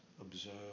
observe